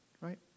right